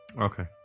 Okay